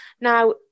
Now